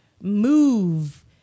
move